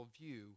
view